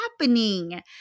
happening